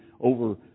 over